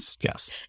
Yes